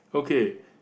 okay